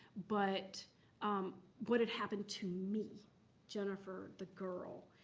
but um what had happened to me jennifer the girl.